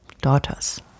Daughters